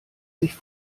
sich